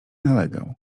nalegał